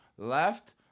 Left